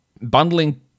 bundling